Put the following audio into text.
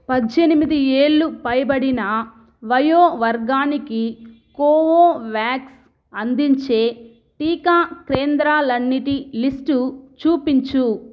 పద్దెనిమిది ఏళ్ళు పైబడిన వయో వర్గానికి కోవోవ్యాక్స్ అందించే టీకా కేంద్రాలన్నిటి లిస్టు చూపించు